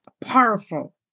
powerful